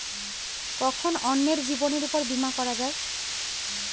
কখন অন্যের জীবনের উপর বীমা করা যায়?